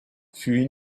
fut